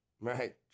Right